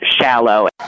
shallow